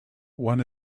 one